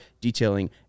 detailing